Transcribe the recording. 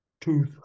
tooth